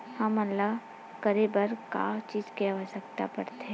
हमन ला करे बर का चीज के आवश्कता परथे?